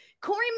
Corey